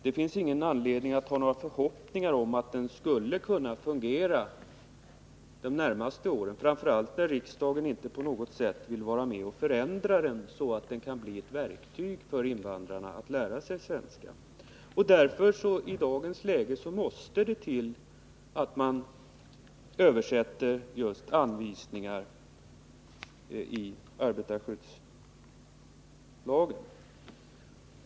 Det finns ingen anledning att hysa några förhoppningar om att den skall kunna fungera de närmaste åren, framför allt när riksdagen inte på något sätt vill vara med och förändra den så att den kan bli ett verktyg för invandrarna när det gäller att lära sig svenska. Därför måste man i dagens läge översätta just anvisningar i arbetarskyddslagen.